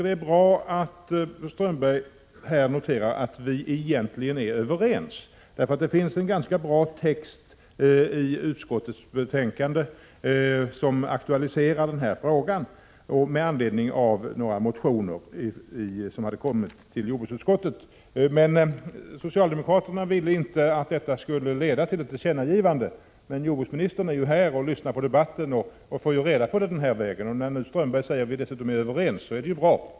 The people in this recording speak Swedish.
Det är bra att Håkan Strömberg noterar att vi egentligen är överens. Det finns en bra text i utskottets betänkande som aktualiserar frågan med anledning av några motioner som hänvisats till till jordbruksutskottet. Socialdemokraterna ville inte att motionerna skulle leda till något tillkännagivande, men jordbruksministern är ju här och lyssnar till debatten och får reda på vad vi anser. När dessutom Håkan Strömberg säger att vi är överens är det bra.